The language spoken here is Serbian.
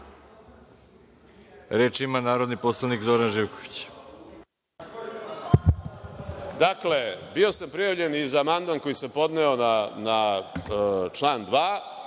reč? Reč ima narodni poslanik Zoran Živković.